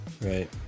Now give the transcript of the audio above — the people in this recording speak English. Right